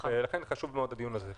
לכן הדיון הזה מאוד חשוב.